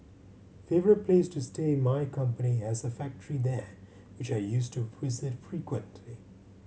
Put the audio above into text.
favourite place to stay My company has a factory there which I used to visit frequently